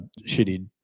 shitty